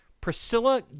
Priscilla